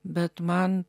bet man